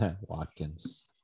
Watkins